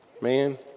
Man